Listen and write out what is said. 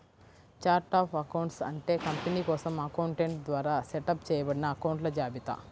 chart of accounts అంటే company కోసం accountant ద్వారా సెటప్ చేయబడిన అకొంట్ల జాబితా